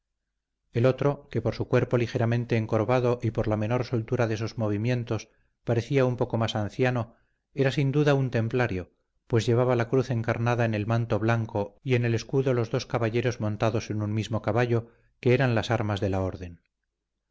el otro que por su cuerpo ligeramente encorvado y por la menor soltura de sus movimientos parecía un poco más anciano era sin duda un templario pues llevaba la cruz encarnada en el manto blanco y en el escudo los dos caballeros montados en un mismo caballo que eran las armas de la orden